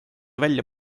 välja